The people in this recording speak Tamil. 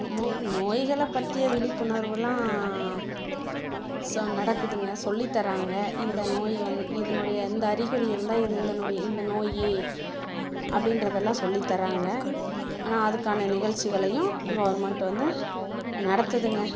அம்மை நோய்களை பற்றிய விழிப்புணர்வுலாம் ஸோ நடக்குதுங்க சொல்லித் தர்றாங்க இந்த நோய் வந்து இதனுடைய இந்த அறிகுறி இருந்தால் இது இதனுடைய இந்த நோய் அப்படின்றதெல்லாம் சொல்லித் தர்றாங்க ஆனால் அதுக்கான நிகழ்ச்சிகளையும் கவர்மெண்ட் வந்து நடத்துதுங்க